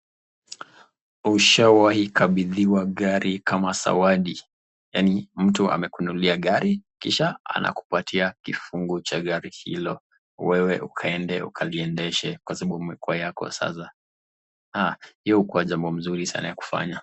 Ushawai kabidhiwa gari kama zawadi, yaani mtu amekununulia gari kisha anakupatia kifunguo cha gari hilo, wewe ukaede ukaliedeshe kwa sababu imekuwa yako sasa hio ukuwa jambo mzuri sana ya kufanya.